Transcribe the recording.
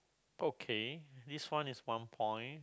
okay this one is one point